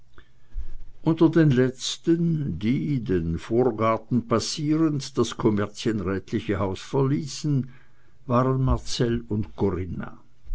unter den letzten die den vorgarten passierend das kommerzienrätliche haus verließen waren marcell und corinna